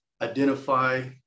identify